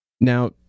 now